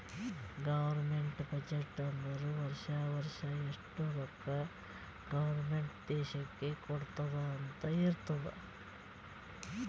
government budget ಅಂದುರ್ ವರ್ಷಾ ವರ್ಷಾ ಎಷ್ಟ ರೊಕ್ಕಾ ಗೌರ್ಮೆಂಟ್ ದೇಶ್ಕ್ ಕೊಡ್ತುದ್ ಅಂತ್ ಇರ್ತುದ್